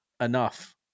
enough